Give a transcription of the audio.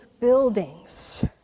buildings